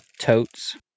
Totes